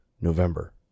November